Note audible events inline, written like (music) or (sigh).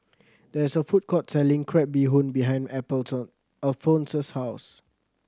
there is a food court selling crab bee hoon behind (unintelligible) Alphonse's house